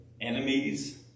enemies